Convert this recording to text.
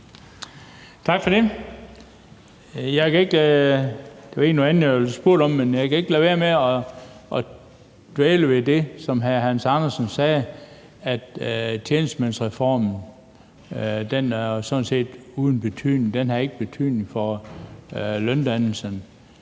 om, men jeg kan ikke lad være med at dvæle ved det, som hr. Hans Andersen sagde, nemlig at tjenestemandsreformen sådan set er uden betydning, at den ikke har betydning for løndannelsen.